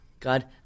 God